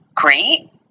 great